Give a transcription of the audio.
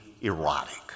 erotic